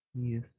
Yes